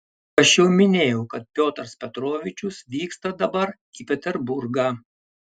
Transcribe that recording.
aš jau minėjau kad piotras petrovičius vyksta dabar į peterburgą